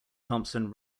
thompson